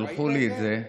שלחו לי את זה.